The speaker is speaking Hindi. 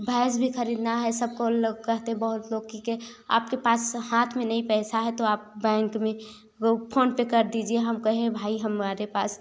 भैंस भी खरीदना है सबको लोग कहते बहुत लोग कि के आपके पास हाथ में नहीं पैसा है तो आप बैंक में फोनपे कर दीजिए हम कहे भाई हमारे पास